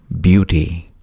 beauty